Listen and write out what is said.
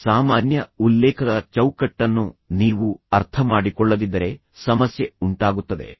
ಈ ಸಾಮಾನ್ಯ ಉಲ್ಲೇಖದ ಚೌಕಟ್ಟನ್ನು ನೀವು ಅರ್ಥಮಾಡಿಕೊಳ್ಳದಿದ್ದರೆ ಸಮಸ್ಯೆ ಉಂಟಾಗುತ್ತದೆ